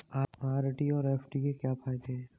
RD और FD के क्या फायदे हैं?